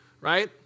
right